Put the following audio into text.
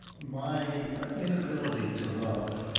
my inability to love,